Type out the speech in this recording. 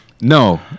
No